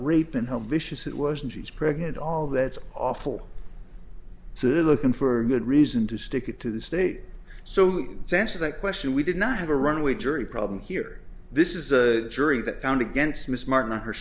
rape and how vicious it wasn't she's pregnant all that's awful so they're looking for good reason to stick it to the state so it's answer that question we did not have a runaway jury problem here this is a jury that found against miss martin on her